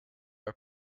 are